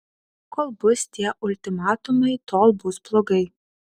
kol bus tie ultimatumai tol bus blogai